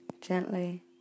gently